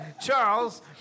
Charles